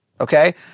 Okay